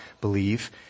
believe